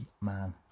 man